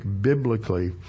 biblically